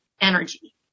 energy